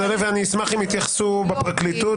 יוליה אני אשמח אם יתייחסו בפרקליטות,